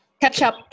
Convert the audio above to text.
Ketchup